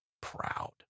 proud